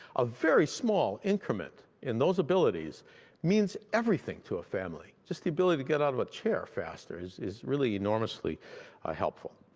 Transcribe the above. a very small increment in those abilities means everything to a family. just the ability to get out of a chair faster is is really enormously helpful.